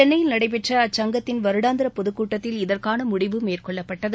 சென்னையில் நடைபெற்ற அச்சங்கத்தின் வருடாந்திர பொதுக்கூட்டத்தில் இதற்கான முடிவு மேற்கொள்ளப்பட்டது